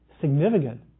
significant